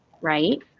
right